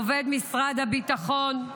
עובד משרד הביטחון,